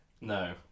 No